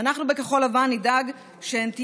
ואנחנו בכחול לבן נדאג שהן תהיינה,